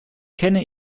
kenne